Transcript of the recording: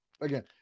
again